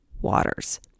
waters